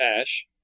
Ash